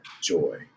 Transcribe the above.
joy